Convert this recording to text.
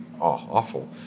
awful